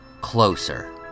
Closer